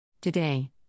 Today